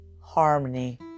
harmony